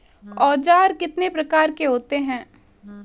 औज़ार कितने प्रकार के होते हैं?